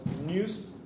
news